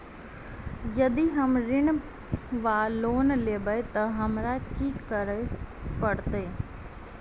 यदि हम ऋण वा लोन लेबै तऽ हमरा की करऽ पड़त?